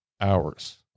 hours